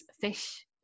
fish